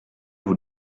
vous